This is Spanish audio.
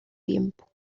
tiempo